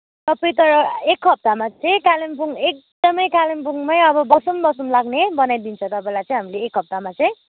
तपाईँ त एक हप्तामा चाहिँ कालिम्पोङ एकदमै कालिम्पोङमै अब बसौँ बसौँ लाग्ने बनाइदिन्छ तपाईँलाई चाहिँ हामीले एक हप्तामा चाहिँ